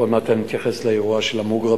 ועוד מעט אני אתייחס לאירוע של המוגרבים,